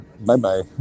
Bye-bye